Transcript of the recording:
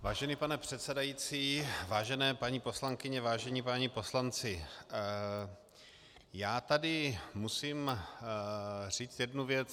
Vážený pane předsedající, vážené paní poslankyně, vážení páni poslanci, já tady musím říct jednu věc.